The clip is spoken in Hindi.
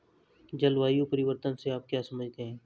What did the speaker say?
जलवायु परिवर्तन से आप क्या समझते हैं?